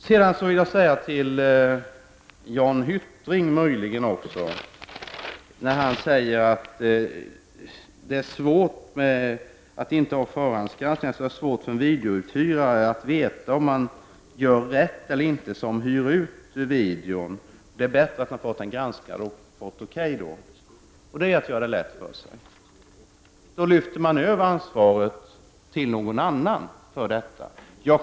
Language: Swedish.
Sedan vill jag säga ett par ord till Jan Hyttring. Han säger att det, om man inte har förhandsgranskning, är svårt för videouthyraren att veta om han gör rätt eller inte som hyr ut videofilm. Det är viktigt att få den granskad och få den godkänd. Det är, Jan Hyttring, att göra det lätt för sig. Då lyfter man över ansvaret på någon annan för detta.